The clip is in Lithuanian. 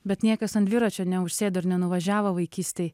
bet niekas ant dviračio neužsėdo ir nenuvažiavo vaikystėj